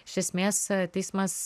iš esmės teismas